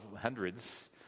hundreds